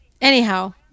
anyhow